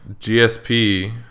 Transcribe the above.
gsp